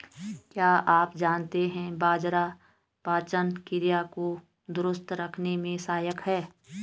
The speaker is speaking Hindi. क्या आप जानते है बाजरा पाचन क्रिया को दुरुस्त रखने में सहायक हैं?